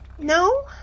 No